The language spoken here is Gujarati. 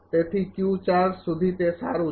તેથી સુધી તે સારું છે